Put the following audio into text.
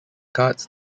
cards